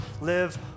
live